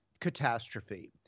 catastrophe